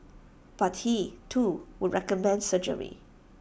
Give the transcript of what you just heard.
but he too would recommend surgery